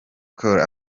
scholes